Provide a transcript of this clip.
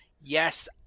Yes